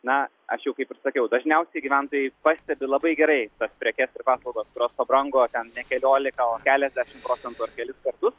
na aš jau kaip ir sakiau dažniausiai gyventojai pastebi labai gerai tas prekes ir paslaugas kurios pabrango ten ne keliolika o keliasdešim procentų ar kelis kartus